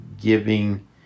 giving